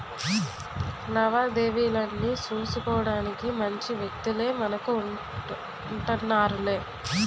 లావాదేవీలన్నీ సూసుకోడానికి మంచి వ్యక్తులే మనకు ఉంటన్నారులే